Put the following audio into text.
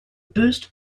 boost